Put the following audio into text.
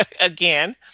again